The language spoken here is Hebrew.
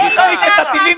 למה מסיתה?